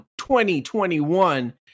2021